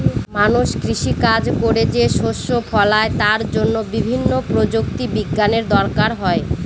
মানুষ কৃষি কাজ করে যে শস্য ফলায় তার জন্য বিভিন্ন প্রযুক্তি বিজ্ঞানের দরকার হয়